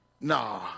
Nah